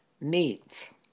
meats